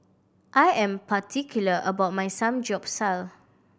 I am particular about my Samgeyopsal